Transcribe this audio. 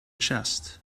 chest